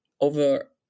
over